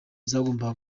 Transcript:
zagombaga